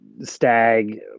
stag